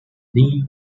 league